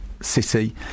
city